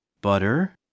butter